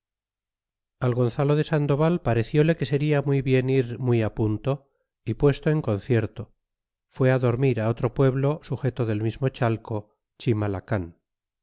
gonzalo de sandoval parecióle que seria muy bien ir muy punto y puesto en concierto fue dormir otro pueblo sujeto del mismo chateo